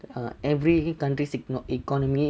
every country's economy